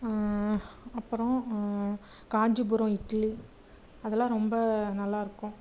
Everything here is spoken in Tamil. அப்புறம் காஞ்சிபுரம் இட்லி அதெல்லாம் ரொம்ப நல்லாயிருக்கும்